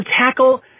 tackle